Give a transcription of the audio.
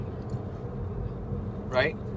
right